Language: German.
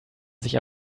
sich